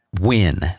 win